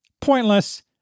pointless